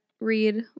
read